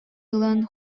ылан